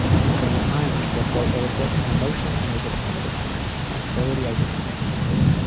at the same time, i feel so ill equipped and emotionally unable to handle this tremendous responsibility i did not anticipate.